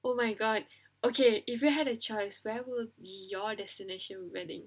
oh my god okay if you had a choice where will be your destination wedding